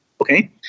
okay